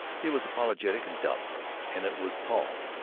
he was apologetic and doubtful, and it was paul,